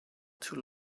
too